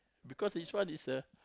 because each one is a